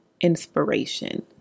inspiration